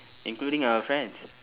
including our friends